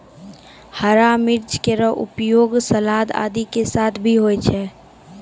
हरा मिर्च केरो उपयोग सलाद आदि के साथ भी होय छै